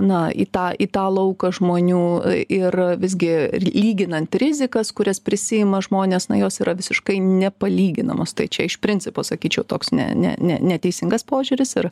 na į tą į tą lauką žmonių ir visgi lyginant rizikas kurias prisiima žmonės na jos yra visiškai nepalyginamos tai čia iš principo sakyčiau toks ne ne ne neteisingas požiūris ir